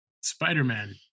Spider-Man